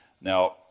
Now